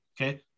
Okay